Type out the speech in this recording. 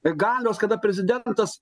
galios kada prezidentas